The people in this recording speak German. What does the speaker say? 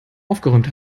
aufgeräumt